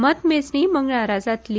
मतमेजणी मंगळारा जातली